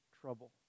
trouble